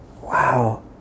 Wow